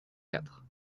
quatre